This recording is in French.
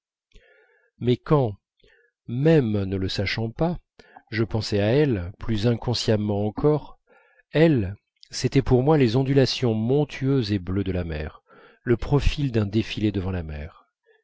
mais quand même ne le sachant pas je pensais à elles plus inconsciemment encore elles c'était pour moi les ondulations montueuses et bleues de la mer le profil d'un défilé devant la mer